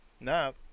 No